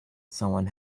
someone